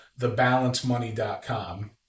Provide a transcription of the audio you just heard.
thebalancemoney.com